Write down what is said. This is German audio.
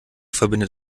verbindet